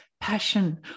passion